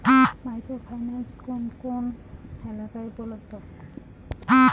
Micro finance কোন কোন এলাকায় উপলব্ধ?